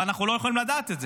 אבל אנחנו לא יכולים לדעת את זה.